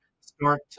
start